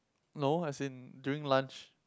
no as in during lunch